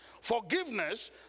Forgiveness